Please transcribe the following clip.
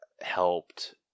helped